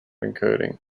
encoding